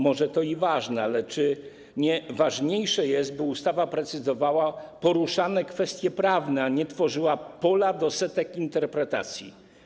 Może to i ważne, ale czy nie ważniejsze jest to, by ustawa precyzowała poruszane kwestie prawne, a nie tworzyła pole do setek interpretacji?